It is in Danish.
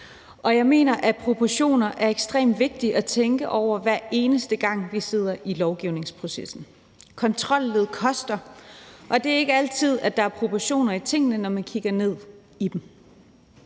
Og jeg mener, at det er ekstremt vigtigt at tænke over proportioner, hver eneste gang vi sidder i lovgivningsprocessen. Kontrolled koster, og det er ikke altid, der er proportioner i tingene, når man kigger ned i dem.